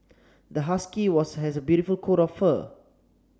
the husky was has a beautiful coat of fur